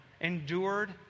endured